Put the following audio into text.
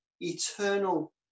eternal